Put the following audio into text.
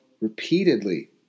repeatedly